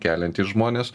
keliantys žmonės